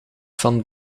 van